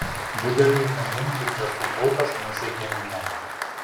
budeliui įkandin lyg žąsų pulkas nusekė minia